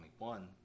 21